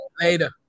Later